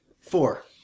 Four